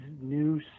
new